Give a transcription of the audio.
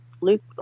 luke